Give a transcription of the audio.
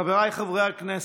חבריי חברי הכנסת,